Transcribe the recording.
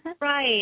Right